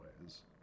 ways